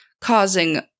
causing